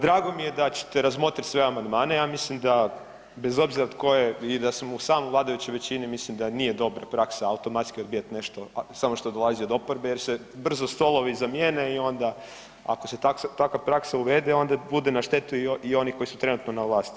Drago mi je da ćete razmotriti sve amandmane, ja mislim da bez obzira tko je i da smo u samoj vladajućoj većini mislim da nije dobra praksa automatski odbijat nešto samo šta dolazi od oporbe jer se brzo stolovi zamijene i onda ako takva praksa uvede onda bude na štetu i onih koji su trenutno na vlasti.